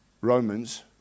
Romans